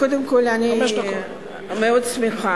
קודם כול, אני מאוד שמחה